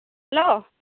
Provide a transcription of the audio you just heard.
hello